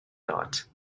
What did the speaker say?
thought